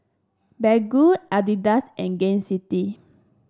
Baggu Adidas and Gain City